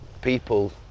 people